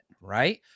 right